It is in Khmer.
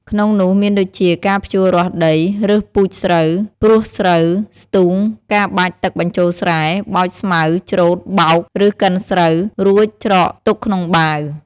ក្នុងនោះមានដូចជា ការភ្ជួររាស់ដី រើសពូជស្រូវ ព្រួសស្រូវ ស្ទូង ការបាចទឹកបញ្ចូលស្រែ បោចស្មៅ ច្រូត បោក ឬកិនស្រូវ រួចច្រកទុកក្នុងបាវ។